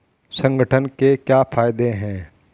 संगठन के क्या फायदें हैं?